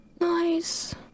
Nice